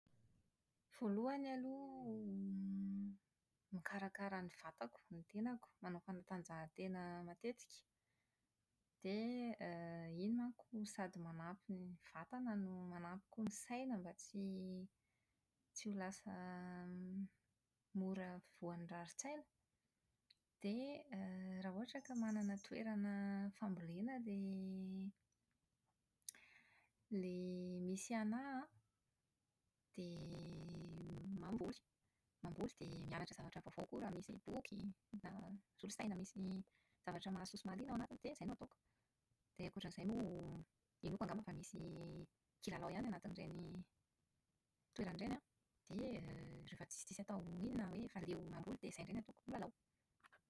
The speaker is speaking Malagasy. Voalohany aloha > mikarakara ny vatako, ny tenako, manao fanatanjahantena matetika dia >. Iny manko sady manampy ny vatana no manampy koa ny saina mba tsy tsy ho lasa mora voan'ny rarintsaina. Dia raha ohatra ka manana toerana fambolena ilay ilay misy an'ahy an, dia mamboly. Mamboly dia mianatra zavatra vaovao koa raha misy boky, na solosaina misy zavatra mahasoa sy mahaliana ao anatiny dia izay no ataoko. Dia ankoatra izay moa inoako angamba fa misy kilalao ihany anatin'ireny toerana ireny an, dia rehefa tsisitsisy atao iny an, na leo mamboly dia izay indray no ataoko: milalao.